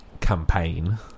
campaign